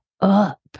up